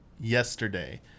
yesterday